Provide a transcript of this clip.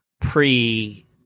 pre